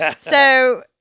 So-